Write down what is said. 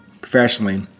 professionally